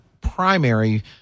primary